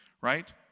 right